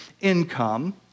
income